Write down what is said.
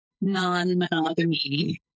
non-monogamy